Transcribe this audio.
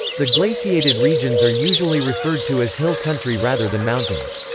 the glaciated regions are usually referred to as hill country rather than mountains.